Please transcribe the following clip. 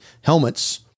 helmets